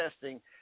testing